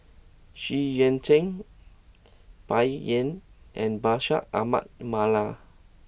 Xu Yuan Zhen Bai Yan and Bashir Ahmad Mallal